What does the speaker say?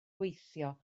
gweithio